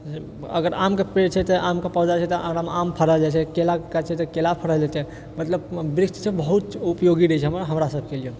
अगर आमके पेड़ छै तऽ आमके पौधा छै तऽ आम फड़ल जाय छै केला कऽ काज छै तऽ केला फड़ल जेतै मतलब वृक्ष तऽ बहुत उपयोगी रहै छै हमरा सबके लिअऽ